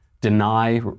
deny